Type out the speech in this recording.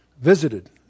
visited